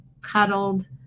cuddled